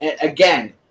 again